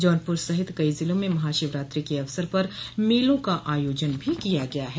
जौनपुर सहित कई ज़िलों में महाशिवरात्रि के अवसर पर मेलों का आयोजन भी किया गया है